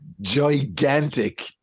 gigantic